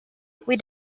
with